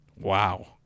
Wow